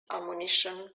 ammunition